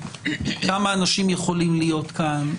כמה אנשים יכולים להיות כאן?